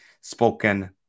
spoken